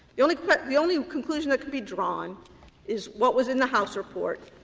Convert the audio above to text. the only but the only conclusion that can be drawn is what was in the house report,